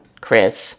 Chris